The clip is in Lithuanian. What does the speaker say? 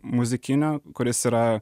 muzikinio kuris yra